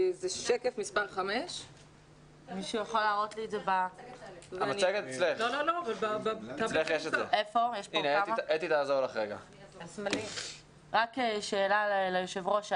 בשקף מספר 5. שאלה ליושב ראש.